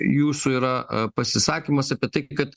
jūsų yra pasisakymas apie tai kad